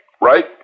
right